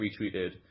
retweeted